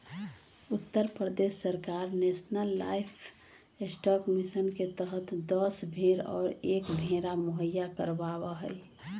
उत्तर प्रदेश सरकार national livestock mission के तहद दस भेंड़ और एक भेंड़ा मुहैया करवावा हई